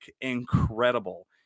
incredible